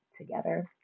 together